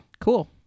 Cool